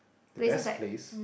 the best place